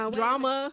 drama